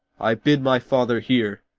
i bid my father hear.